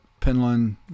Penland